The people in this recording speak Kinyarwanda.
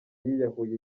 yiyahuye